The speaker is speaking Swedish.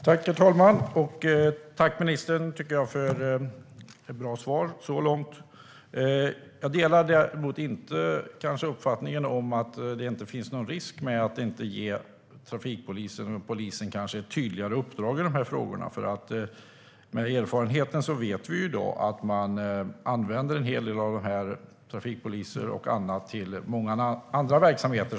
Herr talman! Tack för ett bra svar så långt, ministern! Jag delar dock kanske inte uppfattningen att det inte finns någon risk med att inte ge trafikpolisen eller polisen ett tydligare uppdrag i denna fråga. Av erfarenhet vet vi att man använder en hel del trafikpoliser och annat till många andra verksamheter.